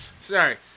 Sorry